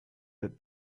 that